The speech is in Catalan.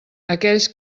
aquells